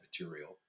material